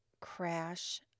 crash